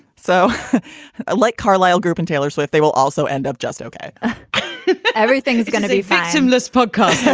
so like carlyle group and taylor swift, they will also end up just ok everything is going to be factum less podcast.